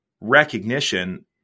recognition